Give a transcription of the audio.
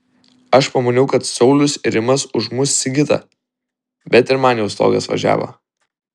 aš pamaniau kad saulius ir rimas užmuš sigitą bet ir man jau stogas važiavo